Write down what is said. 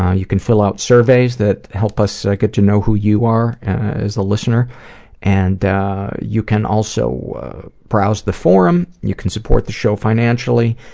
ah you can fill out surveys that help us get to know who you are as a listener and you can also browse the forum, you can support the show financially,